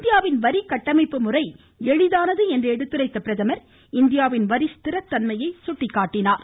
இந்தியாவின் வரி கட்டமைப்பு முறை எளிதானது என்று எடுத்துரைத்த பிரதமர் இந்தியாவின் வரி ஸ்திரத்தன்மையையும் சுட்டிக்காட்டினாா்